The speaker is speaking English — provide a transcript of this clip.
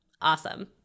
Awesome